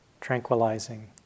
tranquilizing